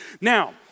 Now